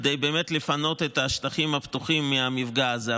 כדי לפנות את השטחים הפתוחים מהמפגע הזה.